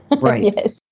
Right